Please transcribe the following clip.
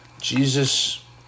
Jesus